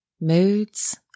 moods